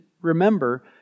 remember